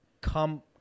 come